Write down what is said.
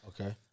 Okay